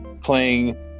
playing